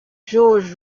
georges